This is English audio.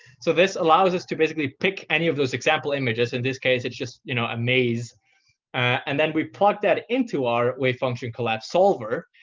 so this allows us to basically pick any of those example images in this case, it's just you know a maze and then we plug that into our wavefunctioncollapse solver,